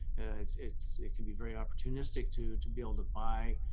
it's it's it can be very opportunistic to to be able to buy,